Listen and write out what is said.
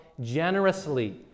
generously